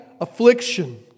affliction